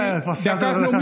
כבר סיימת את הדקה שלך.